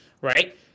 right